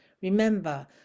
remember